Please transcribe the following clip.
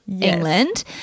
England